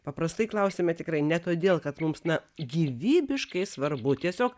paprastai klausiame tikrai ne todėl kad mums na gyvybiškai svarbu tiesiog